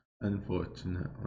Unfortunately